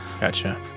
Gotcha